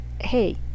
hey